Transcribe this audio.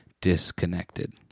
disconnected